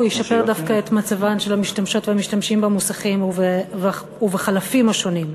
הוא ישפר דווקא את מצבן של המשתמשות והמשתמשים במוסכים ובחלפים השונים.